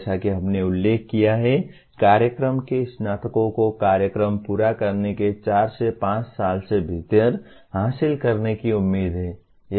जैसा कि हमने उल्लेख किया है कार्यक्रम के स्नातकों को कार्यक्रम पूरा करने के चार से पांच साल के भीतर हासिल करने की उम्मीद है